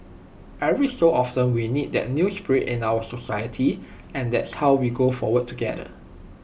every so often we need that new spirit in our society and that how we go forward together